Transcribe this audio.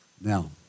Now